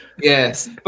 yes